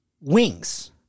wings